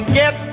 get